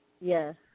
Yes